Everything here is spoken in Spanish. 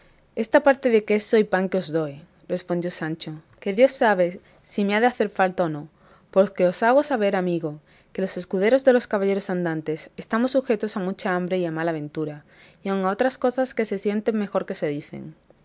esta parte de queso y pan que os doy respondió sancho que dios sabe si me ha de hacer falta o no porque os hago saber amigo que los escuderos de los caballeros andantes estamos sujetos a mucha hambre y a mala ventura y aun a otras cosas que se sienten mejor que se dicen